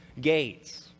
gates